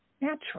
natural